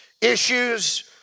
Issues